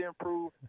improve